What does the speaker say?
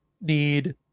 need